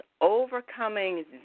overcoming